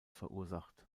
verursacht